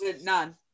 none